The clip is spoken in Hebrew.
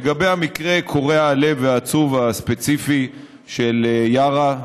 לגבי המקרה קורע הלב והעצוב הספציפי של יארא,